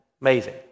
Amazing